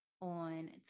on